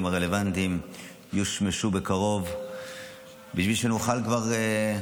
הרלוונטיים יושמשו בקרוב בשביל שנוכל כבר,